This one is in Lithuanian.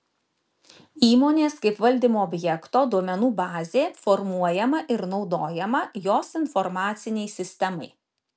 įmonės kaip valdymo objekto duomenų bazė formuojama ir naudojama jos informacinei sistemai